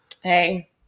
Hey